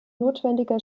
notwendiger